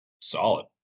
solid